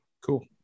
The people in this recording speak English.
Cool